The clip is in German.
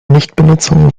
nichtbenutzung